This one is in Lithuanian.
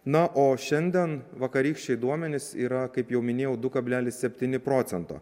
na o šiandien vakarykščiai duomenys yra kaip jau minėjaudu kablelis septyni procento